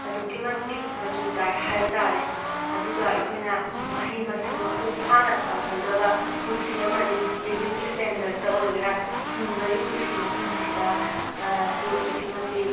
ꯑꯗꯨꯛꯀꯤ ꯃꯇꯤꯛ ꯃꯆꯨ ꯇꯥꯏ ꯍꯥꯏꯕ ꯇꯥꯔꯦ ꯑꯗꯨꯒ ꯑꯩꯈꯣꯏꯅ ꯃꯍꯩ ꯃꯁꯤꯡ ꯃꯄꯨꯡ ꯐꯥꯅ ꯇꯝꯍꯧꯗꯕ ꯄꯨꯟꯁꯤ ꯑꯃꯗꯤ ꯂꯤꯕꯤꯡ ꯏꯁꯇꯦꯟꯗꯔꯠꯇ ꯑꯣꯏꯒꯦꯔꯥ ꯍꯤꯡꯕꯒꯤ ꯄꯨꯟꯁꯤ ꯃꯍꯤꯡꯁꯤꯗ ꯁꯨ ꯑꯗꯨꯛꯀꯤ ꯃꯇꯤꯛ